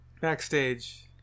Backstage